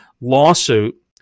lawsuit